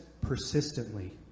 persistently